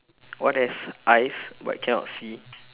what has eyes but cannot see